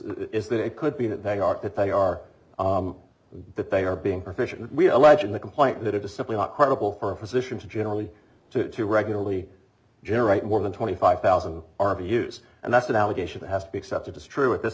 that it could be that they are that they are that they are being profession we allege in the complaint that it is simply not credible for physicians generally to to regularly generate more than twenty five thousand our views and that's an allegation that has to be accepted as true at this